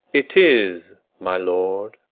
it is, my lord.